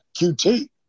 QT